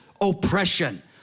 oppression